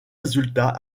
résultats